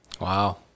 Wow